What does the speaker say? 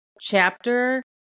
chapter